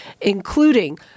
including